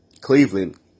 Cleveland